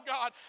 God